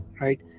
right